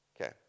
Okay